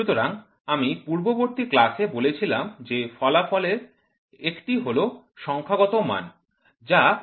সুতরাং আমি পূর্ববর্তী ক্লাসে বলেছিলাম যে ফলাফলের একটি হল সংখ্যাগত মান যা আপনি দেখার চেষ্টা করবেন